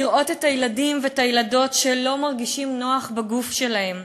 לראות את הילדים ואת הילדות שלא מרגישים נוח בגוף שלהם,